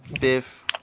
fifth